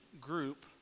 group